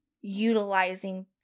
utilizing